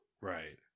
right